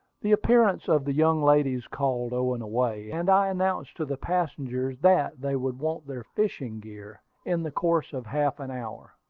the appearance of the young ladies called owen away, and i announced to the passengers that they would want their fishing-gear in the course of half an hour.